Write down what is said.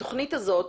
התוכנית הזאת,